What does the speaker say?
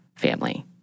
family